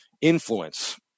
influence